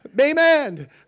Amen